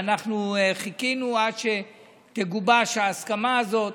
ואנחנו חיכינו עד שתגובש ההסכמה הזאת